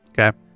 Okay